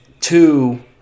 Two